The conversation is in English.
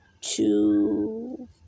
two